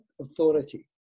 authority